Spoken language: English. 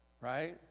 Right